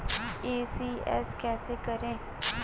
ECS कैसे करें?